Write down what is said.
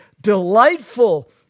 delightful